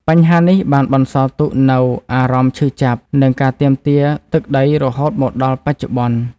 បញ្ហានេះបានបន្សល់ទុកនូវអារម្មណ៍ឈឺចាប់ និងការទាមទារទឹកដីរហូតមកដល់បច្ចុប្បន្ន។